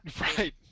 Right